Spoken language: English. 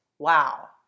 Wow